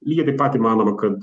lygiai taip pat įmanoma kad